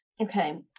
Okay